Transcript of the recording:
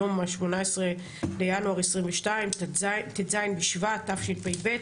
היום ה-18 בינואר 2022, ט"ז בשבט תשפ"ב.